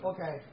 Okay